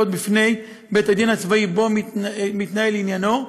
בפני בית-הדין הצבאי שבו מתנהל עניינו.